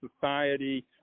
society